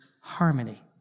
harmony